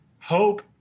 Hope